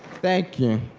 thank you.